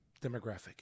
demographic